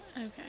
Okay